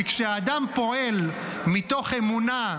כי כשהאדם פועל מתוך אמונה,